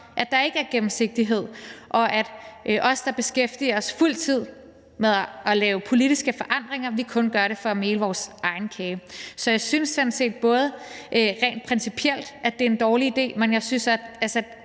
at der ikke er gennemsigtighed, og at vi, der beskæftiger os fuld tid med at lave politiske forandringer, kun gør det for at mele vores egen kage. Så rent principielt synes jeg sådan set, at det er en dårlig idé, men jeg synes